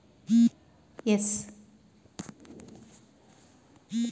ಕೃಷಿ ವಿಸ್ತರಣಸೇವೆ ಲಕ್ಷ್ಯ ವ್ಯಕ್ತಿವಿಕಾಸ ಆದ್ದರಿಂದ ವಿಸ್ತರಣಾಕಾರ್ಯ ರೈತರೊಂದಿಗೆ ನಿಕಟಒಡನಾಟ ಇದೆ